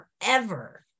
forever